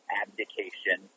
abdication